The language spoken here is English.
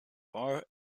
bar